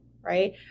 right